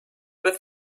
with